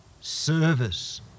Service